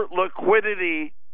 liquidity